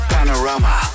Panorama